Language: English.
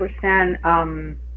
percent